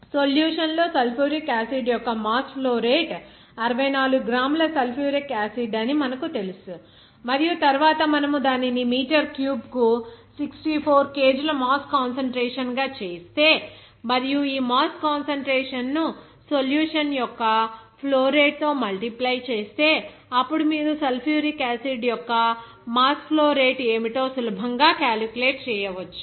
solution లో sulphuric acid యొక్క mass flow rate 64 గ్రాముల సల్ఫ్యూరిక్ యాసిడ్ అని మనకు తెలుసు మరియు తరువాత మనము దానిని మీటర్ క్యూబ్కు 64 kg ల మాస్ కాన్సంట్రేషన్ గా చేస్తే మరియు ఈ మాస్ కాన్సంట్రేషన్ ను సొల్యూషన్ యొక్క ఫ్లో రేటు తో మల్టిప్లై చేస్తే అప్పుడు మీరు సల్ఫ్యూరిక్ యాసిడ్ యొక్క మాస్ ఫ్లో రేటు ఏమిటో సులభంగా క్యాలిక్యులేట్ చేయవచ్చు